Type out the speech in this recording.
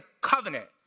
covenant